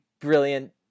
brilliant